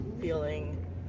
feeling